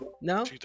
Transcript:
No